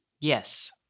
Yes